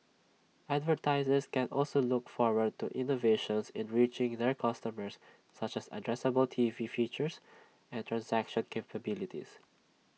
advertisers can also look forward to innovations in reaching their customers such as addressable T V features and transaction capabilities